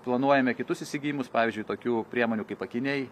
planuojame kitus įsigijimus pavyzdžiui tokių priemonių kaip akiniai